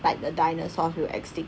like the dinosaurs will extinct